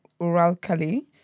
Uralkali